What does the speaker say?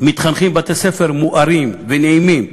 מתחנכים בבתי-ספר מוארים ונעימים,